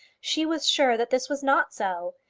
she was sure that this was not so.